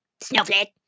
snowflake